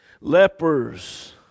Lepers